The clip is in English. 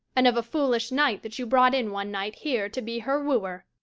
and of a foolish knight that you brought in one night here to be her wooer.